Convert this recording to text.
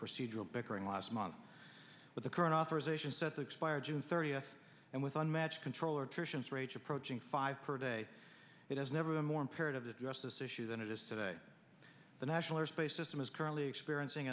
procedural bickering last month with the current authorization set to expire june thirtieth and with unmatched controller to approaching five per day it has never been more imperative that address this issue than it is today the national airspace system is currently experiencing